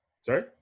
Sorry